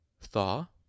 Thaw